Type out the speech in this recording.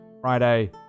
Friday